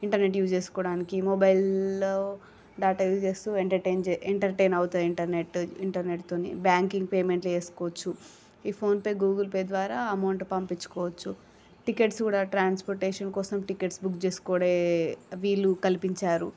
internet use చేసుకోవడానికి మొబైల్లో data use చేస్తు ఎంటర్టైన్ ఎంటర్టైన్ అవుతాయి ఇంటర్నెట్ ఇంటర్నెట్తో బ్యాంకింగ్ పేమెంట్ చేసుకోవచ్చు ఈ ఫోన్పే గూగుల్ పే ద్వారా అమౌంట్ పంపించుకోవచ్చు టికెట్స్ కూడా ట్రాన్పోటేషన్ కోసం టిక్కెట్స్ బుక్ చేసుకునే వీలు కల్పించారు